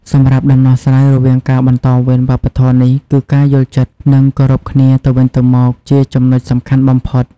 សម្រាប់ដំណោះស្រាយរវាងការបន្តវេនវប្បធម៌នេះ គឺការយល់ចិត្ត និងគោរពគ្នាទៅវិញទៅមក ជាចំណុចសំខាន់បំផុត។